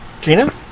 gina